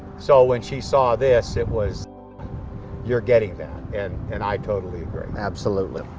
so when she saw this it was you're getting that, and and i totally agree. absolutely.